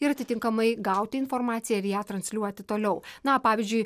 ir atitinkamai gauti informaciją ir ją transliuoti toliau na pavyzdžiui